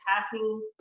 passing